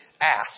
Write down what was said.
ask